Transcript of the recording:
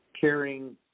caring